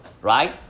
right